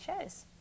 shows